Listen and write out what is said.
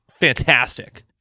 fantastic